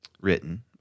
written